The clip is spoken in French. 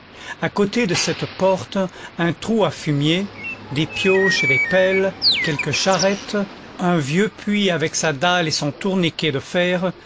à côté de cette porte un trou à fumier des pioches et des pelles quelques charrettes un vieux puits avec sa dalle et son tourniquet de fer